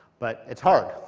but it's hard.